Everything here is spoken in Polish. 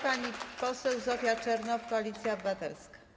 Pani poseł Zofia Czernow, Koalicja Obywatelska.